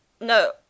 No